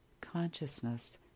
consciousness